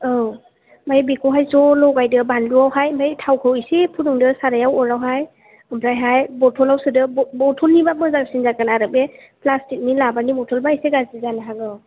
औ ओमफ्राय बेखौहाय ज' लगायदो बानलुआव हाय ओमफ्राय थावखौ एसे फुदुंदो सारायाव अरावहाय ओमफ्रायहाय बथलाव सोदो बथलनिबा मोजांसिन जागोन आरो बे फ्लास्थिखनि लाबारनि बथलबा एसे गाज्रि जानो हागौ